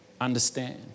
understand